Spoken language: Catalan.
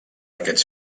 aquests